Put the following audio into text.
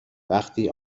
وقتی